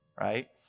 right